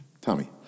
Tommy